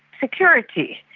security.